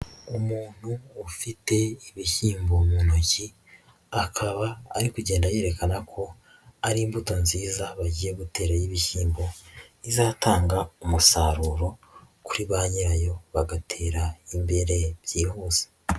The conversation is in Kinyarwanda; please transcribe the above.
Umuntu ufite ibishyimbo mu ntoki, akaba ari kugenda yerekana ko ari imbuto nziza bagiye gutera y'ibishyimbo, izatanga umusaruro kuri banyirayo bagatera imbere byihuse.